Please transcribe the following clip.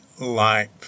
life